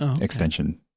extension